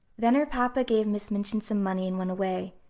then her papa gave miss minchin some money and went away,